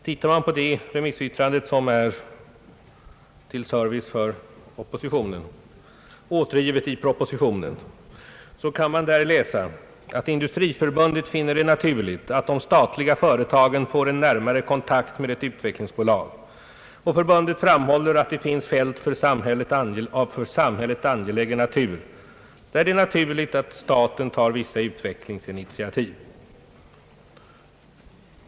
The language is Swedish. Tittar man på det remissyttrandet, som till service för riksdagens ledamöter är återgivet i propositionen, kan man där läsa att Industriförbundet finner det naturligt att de statliga företagen får en närmare kontakt med ett utvecklingsbolag. Förbundet framhåller att det finns fält av för samhället angelägen natur, där det är naturligt att staten tar vissa utvecklingsinitiativ.